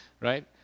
right